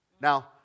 Now